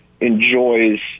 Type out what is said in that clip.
enjoys